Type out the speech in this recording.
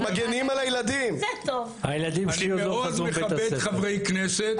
אני מאוד מכבד חברי כנסת,